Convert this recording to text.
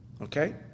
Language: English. Okay